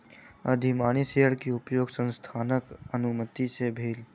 अधिमानी शेयर के उपयोग संस्थानक अनुमति सॅ भेल